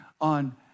on